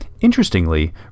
Interestingly